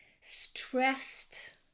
stressed